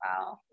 wow